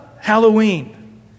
Halloween